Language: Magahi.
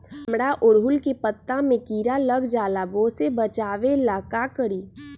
हमरा ओरहुल के पत्ता में किरा लग जाला वो से बचाबे ला का करी?